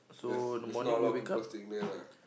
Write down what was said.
there's there's not a lot of people staying there lah